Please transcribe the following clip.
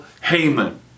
Haman